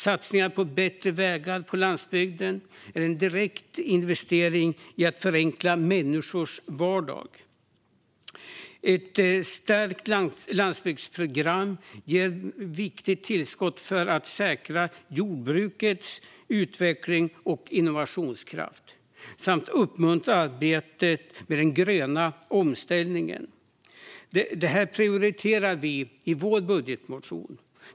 Satsningar på bättre vägar på landsbygden är en direkt investering i att förenkla människors vardag. Ett stärkt landsbygdsprogram ger ett viktigt tillskott för att säkra jordbrukets utveckling och innovationskraft samt uppmuntra arbetet med den gröna omställningen. Detta prioriterar vi i vår budgetmotion.